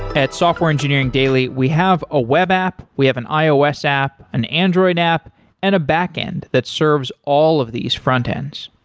at software engineering daily, we have a web app, we have an ios app, an android app and a back-end that serves all of these frontends.